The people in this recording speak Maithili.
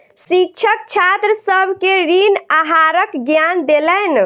शिक्षक छात्र सभ के ऋण आहारक ज्ञान देलैन